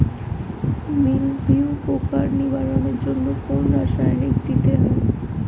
মিলভিউ পোকার নিবারণের জন্য কোন রাসায়নিক দিতে হয়?